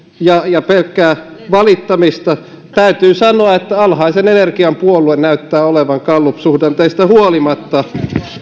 ja ja pelkkää valittamista täytyy sanoa että alhaisen energian puolue näyttää olevan gallupsuhdanteista huolimatta